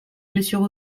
monsieur